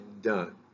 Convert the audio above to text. done